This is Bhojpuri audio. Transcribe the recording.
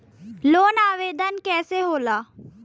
लोन आवेदन कैसे होला?